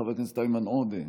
חבר הכנסת איימן עודה,